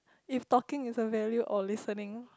if talking is a value or listening